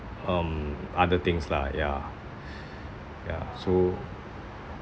um other things lah yeah yeah so